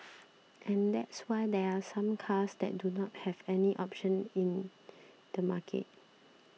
and that's why there are some cars that do not have any options in the market